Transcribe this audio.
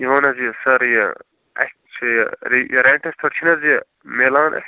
یہِ وَن حظ یہِ سر یہِ اَسہِ چھِ رِ رینٹس پٮ۪ٹھ چھِ نہٕ حظ یہِ میلان